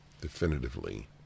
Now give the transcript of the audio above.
definitively